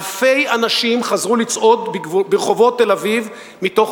אלפי אנשים חזרו לצעוד ברחובות תל-אביב מתוך